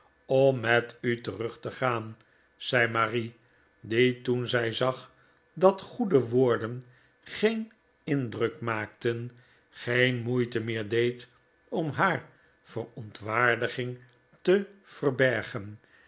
om met u terug te gaan zei marie die toen zij zag dat goede woorden geen indruk maakten geen moeite meer deed om haar verontwaardiging te verbergen